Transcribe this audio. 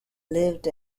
lived